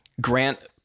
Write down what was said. Grant